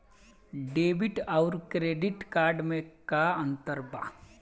Debit आउर credit card मे का अंतर बा?